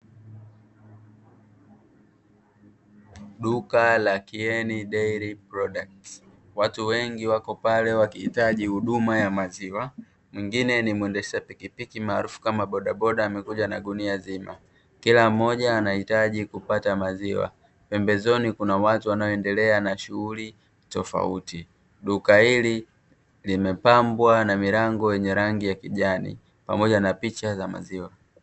Duka la "Keny daily product", watu wengi wako pale wakiitaji huduma ya maziwa, mwingine ni mwendesha pikipiki maarufu kama bodaboda amekuja na gunia zima, Kila mmoja anahitaji kupata maziwa. Pembezoni kuna watu wanaoendelea na shughuli tofauti, duka hili limepambwa na milango yenye rangi ya kijani pamoja na picha za maziwa.